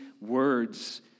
words